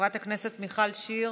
חברת הכנסת מיכל שיר,